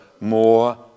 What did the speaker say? more